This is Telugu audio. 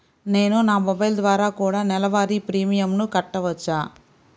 నేను నా మొబైల్ ద్వారా కూడ నెల వారి ప్రీమియంను కట్టావచ్చా?